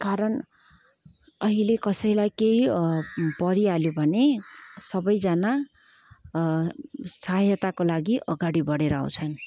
कारण अहिले कसैलाई केही परिहाल्यो भने सबैजना सहायताको लागि अगाडि बढेर आउँछन्